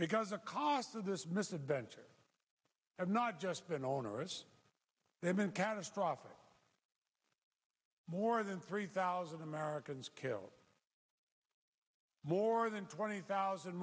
because the cost of this misadventure and not just been onerous they have been catastrophic more than three thousand americans killed more than twenty thousand